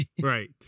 Right